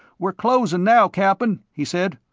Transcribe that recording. we're closin' now, cap'n, he said.